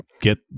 get